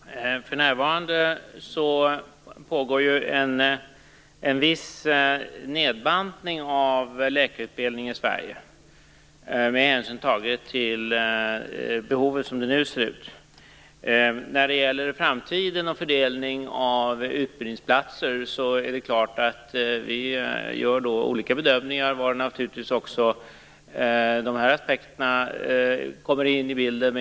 Herr talman! För närvarande pågår en viss nedbantning av läkarutbildningen i Sverige med hänsyn tagen till behovet som det nu ser ut. När det gäller den framtida fördelningen av utbildningsplatser är det klart att vi gör olika bedömningar, där naturligtvis också de här aspekterna kommer in i bilden.